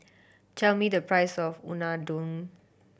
tell me the price of Unadon